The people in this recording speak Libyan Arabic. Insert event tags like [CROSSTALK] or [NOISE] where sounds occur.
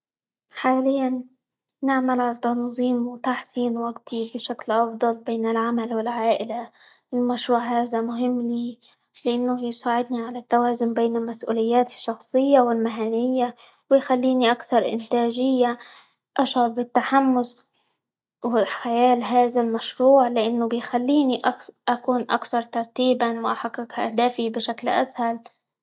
حاليًا نعمل على تنظيم، وتحسين وقتي بشكل أفضل بين العمل، والعائلة، المشروع هذا مهم لي؛ لأنه يساعدني على التوازن بين مسئولياتي الشخصية، والمهنية، ويخليني أكثر إنتاجية، أشعر بالتحمس [UNINTELLIGIBLE] هذا المشروع لأنه بيخليني أكون أكثر ترتيبًا، وأحقق -ه- أهدافي بشكل أسهل.